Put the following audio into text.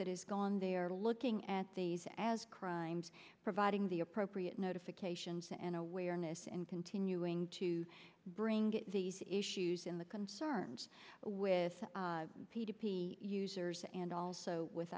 that is gone they are looking at these as crimes providing the appropriate notifications and awareness and continuing to bring these issues in the concerns with p d p users and also with